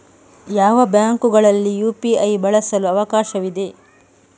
ಯಾವ ಬ್ಯಾಂಕುಗಳಲ್ಲಿ ಯು.ಪಿ.ಐ ಬಳಸಲು ಅವಕಾಶವಿದೆ?